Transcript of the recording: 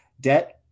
debt